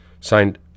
Signed